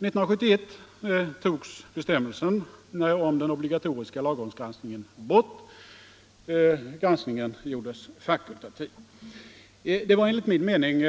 År 1971 togs bestämmelserna om den obligatoriska lagrådsgranskningen bort. Lagrådsgranskningen gjordes fakultativ. Det var enligt min mening